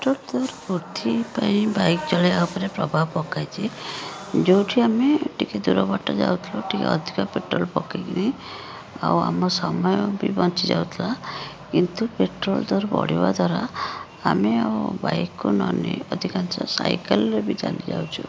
petrol ଦର ବୃଦ୍ଧି ପାଇଁ ବାଇକ୍ ଚଲାଇବା ଉପରେ ପ୍ରଭାବ ପକାଇଛି ଯେଉଁଠି ଆମେ ଟିକେ ଦୂର ବାଟ ଯାଉଥିଲୁ ଟିକେ ଅଧିକ ପେଟ୍ରୋଲ ପକାଇକିରି ଆଉ ଆମ ସମୟ ବି ବଞ୍ଚି ଯାଉଥିଲା କିନ୍ତୁ ପେଟ୍ରୋଲ ଦର ବଢ଼ିବା ଦ୍ୱାରା ଆମେ ଆଉ ବାଇକ୍କୁ ନ ନେଇ ଅଧିକାଂଶ ସାଇକେଲ୍ରେ ବି ଚାଲି ଯାଉଛୁ